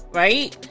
right